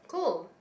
cool